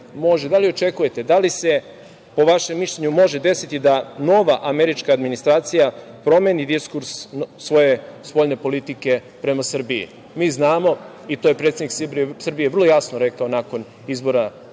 Da li očekujete, da li se po vašem mišljenju može desiti da nova američka administracija promeni diskurs svoje spoljne politike prema Srbiji? Mi znamo i to je predsednik Srbije vrlo jasno rekao nakon izbora